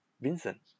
Vincent